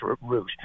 route